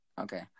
Okay